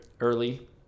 early